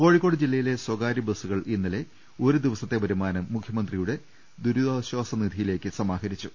കോഴിക്കോട് ജില്ലയിലെ സ്ഥകാര്യ ബസ്സുകൾ ഇന്നലെ ഒരു ദിവസത്തെ വരുമാനം മുഖ്യമന്ത്രിയുടെ ദുരിതാശ്വാസ നിധിയി ലേക്ക് സമാഹരിച്ചു